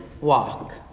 walk